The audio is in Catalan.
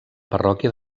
parròquia